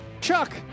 Chuck